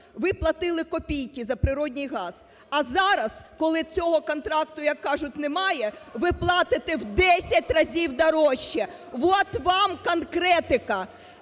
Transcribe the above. ви платили копійки за природній газ. А зараз, коли цього контракту, як кажуть, немає, ви платите в 10 разів дорожче. От вам конкретика.